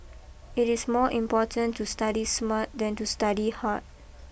it is more important to study smart than to study hard